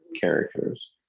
characters